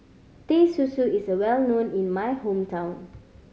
Teh Susu is well known in my hometown